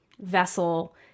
vessel